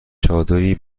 چادری